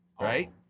right